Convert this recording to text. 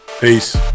Peace